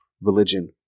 religion